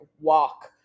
walk